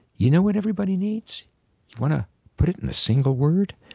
you know what everybody needs? you want to put it in a single word?